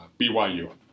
BYU